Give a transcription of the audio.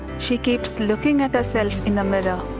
she keeps looking at herself in the mirror.